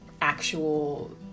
actual